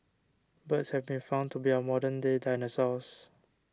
birds have been found to be our modern day dinosaurs